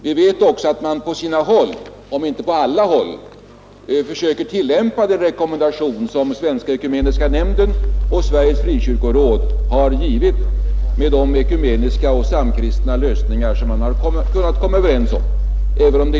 Vi vet också att man på sina håll, om än inte på alla, försöker tillämpa den rekommendation som Svenska ekumeniska nämnden och Sveriges frikyrkoråd har givit med de ekumeniska och samkristna lösningar som man har kunnat komma överens om.